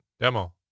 demo